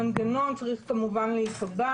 בעבר המאפשרת לתכנון באופן מיטבי עבור החברה